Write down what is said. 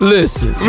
Listen